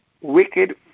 wicked